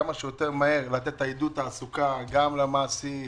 כמה שיותר מהר לתת עידוד תעסוקה גם למעסיק,